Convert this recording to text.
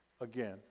again